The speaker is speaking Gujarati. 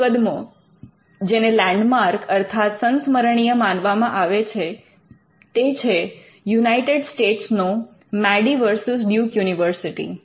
એક મુકદમો જેને લેન્ડમાર્ક અર્થાત સંસ્મરણીય માનવામાં આવે છે તે છે યુનાઇટેડ સ્ટેટ્સનો મેડી વર્સીસ ડ્યૂક યુનિવર્સિટી